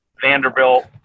Vanderbilt